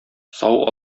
сау